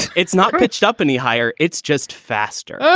it's not pitched up any higher. it's just faster. ah